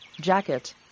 jacket